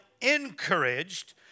encouraged